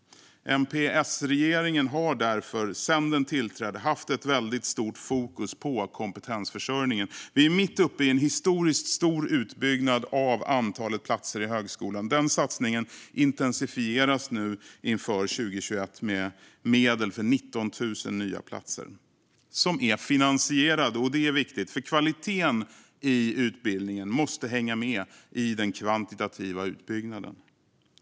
MP-S-regeringen har därför sedan den tillträdde haft ett väldigt stort fokus på kompetensförsörjningen. Vi är mitt uppe i en historiskt stor utbyggnad av antalet platser i högskolan. Den satsningen intensifieras nu inför 2021 med medel för 19 000 nya platser som är finansierade. Det är viktigt. För kvaliteten i utbildningen måste hänga med i den kvantitativa utbyggnaden.